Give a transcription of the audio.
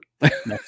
Next